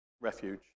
refuge